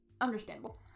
Understandable